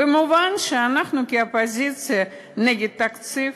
ומובן שאנחנו כאופוזיציה נגד התקציב.